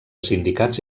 sindicats